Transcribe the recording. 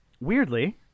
Weirdly